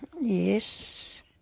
Yes